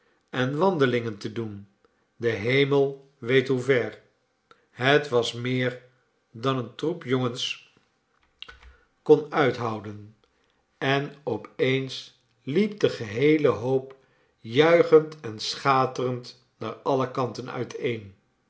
scheen de zon zoo helder en zongen de vogelen zoo vroolijk als zij slechts op vacantiedagen schijnen den en op eens liep de geheele hoop juichend en schaterend naar alle kanten uiteen